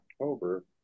October